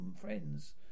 friends